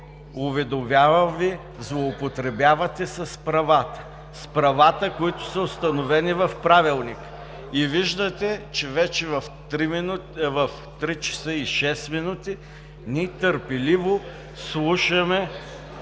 уведомявам Ви – злоупотребявате с правата, с правата, които са установени в Правилника. И виждате, че вече в 3 часа без 6 минути ние търпеливо слушаме